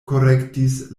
korektis